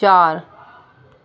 چار